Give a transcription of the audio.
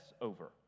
over